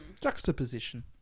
Juxtaposition